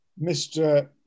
Mr